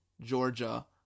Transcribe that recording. Georgia